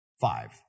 Five